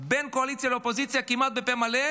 עם קואליציה ואופוזיציה כמעט פה אחד,